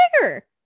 bigger